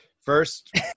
first